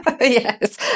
Yes